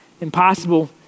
impossible